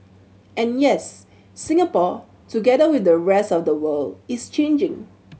and yes Singapore together with the rest of the world is changing